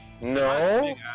No